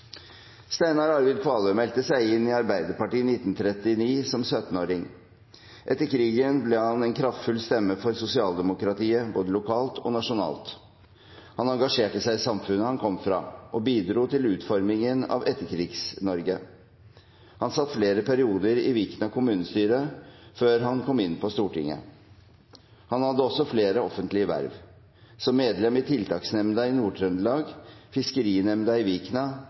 Arvid Kvalø meldte seg inn i Arbeiderpartiet i 1939 som syttenåring. Etter krigen ble han en kraftfull stemme for sosialdemokratiet, både lokalt og nasjonalt. Han engasjerte seg i samfunnet han kom fra, og bidro til utformingen av Etterkrigs-Norge. Han satt flere perioder i Vikna kommunestyre før han kom inn på Stortinget. Han hadde også flere offentlige verv, bl.a. som medlem i Tiltaksnemnda i Nord-Trøndelag, Fiskerinemnda i Vikna,